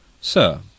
Sir